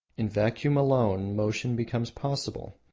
in vacuum alone motion becomes possible.